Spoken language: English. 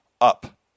up